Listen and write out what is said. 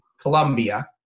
Colombia